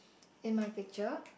in my picture